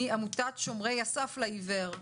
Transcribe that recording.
מעמותת "שומרי הסף" לעיוור.